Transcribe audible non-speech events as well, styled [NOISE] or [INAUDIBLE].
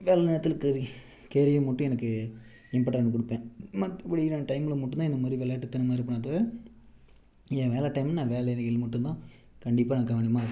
வேலை நேரத்தில் [UNINTELLIGIBLE] கேரியர் மட்டும் எனக்கு இம்பார்ட்டண்ட் கொடுப்பேன் மற்றபடி நான் டைமில் மட்டும்தான் இந்தமாதிரி விளையாட்டுத்தனமாக இருப்பேனே தவிர என் வேலை டைமில் நான் வேலையில் மட்டும்தான் கண்டிப்பாக நான் கவனமாக இருப்பேன்